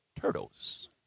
Turtles